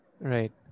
right